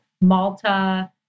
Malta